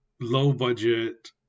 low-budget